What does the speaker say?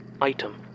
Item